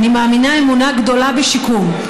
אני מאמינה אמונה גדולה בשיקום.